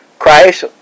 Christ